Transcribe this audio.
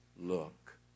look